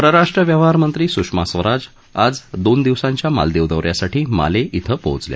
परराष्ट्र व्यवहार मंत्री सुषमा स्वराज आज दोन दिवसांच्या मालदीव दौ यासाठी माले कें पोचल्या